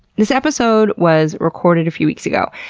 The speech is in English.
this episode was recorded a few weeks ago